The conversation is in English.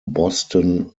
boston